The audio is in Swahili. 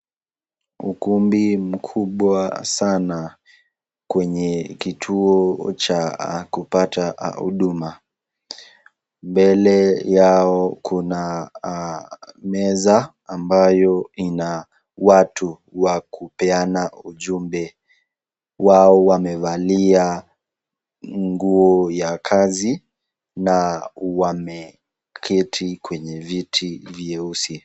Ukumbi mkubwa sana kwenye kituo cha kupata huduma. Mbele yao kuna meza ambayo inawatu wa kupeana ujumbe. Wao wamevalia nguo ya kazi na wameketi kwenye viti vyeusi.